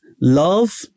love